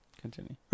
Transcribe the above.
Continue